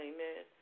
Amen